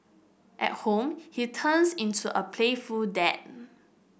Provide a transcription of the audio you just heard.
at home he turns into a playful dad